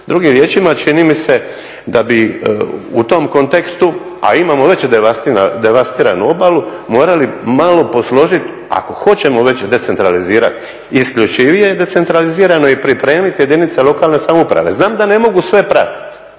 Drugim riječima čini mi se da bi u tom kontekstu a imamo već i devastiranu obalu morali malo posložiti ako hoćemo već decentralizirati …/Govornik se ne razumije./… decentralizirano i pripremiti jedinice lokalne samouprave. Znam da ne mogu sve pratiti